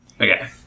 Okay